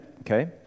Okay